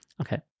Okay